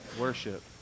worship